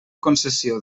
concessió